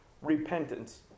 repentance